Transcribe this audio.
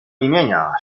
imienia